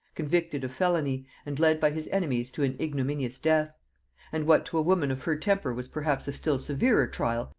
convicted of felony, and led by his enemies to an ignominious death and what to a woman of her temper was perhaps a still severer trial,